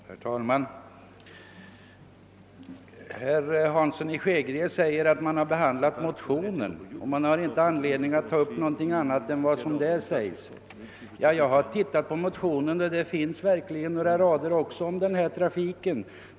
Herr talman! Herr Hansson i Skegrie sade att utskottet har haft att behandla motionen, och att det inte fanns någon anledning att ta upp någonting annat än det som berörs där. Jag har läst motionen, och där har verkligen också skrivits några rader om landsvägstrafiken.